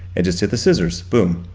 i just hit the scissors, boom,